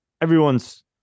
everyone's